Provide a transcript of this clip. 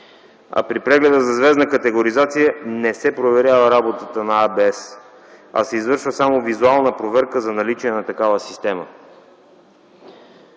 а при прегледа за звездна категоризация не се проверява работата на ABS, а се извършва само визуална проверка за наличие на такава система.